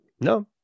No